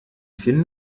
finn